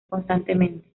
constantemente